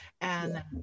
and-